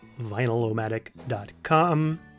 vinylomatic.com